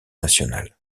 nationales